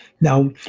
Now